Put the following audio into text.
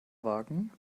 wagen